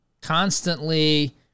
constantly